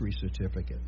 certificate